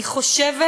אני חושבת